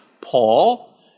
Paul